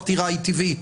הפטירה היא טבעית.